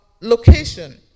Location